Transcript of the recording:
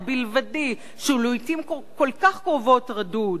הבלבדי שהוא לעתים כל כך קרובות רדוד.